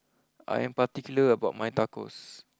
I am particular about my Tacos